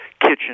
kitchen